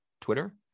Twitter